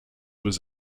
was